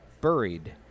buried